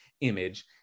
image